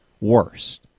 worst